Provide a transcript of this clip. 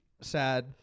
sad